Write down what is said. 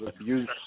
abuse